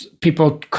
people